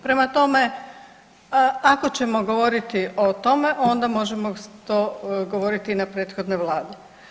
Prema tome, ako ćemo govoriti o tome, onda možemo to govoriti i na prethodnoj vladi.